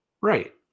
Right